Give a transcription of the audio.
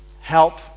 help